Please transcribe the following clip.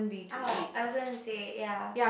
!ow! I was gonna say ya